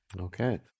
Okay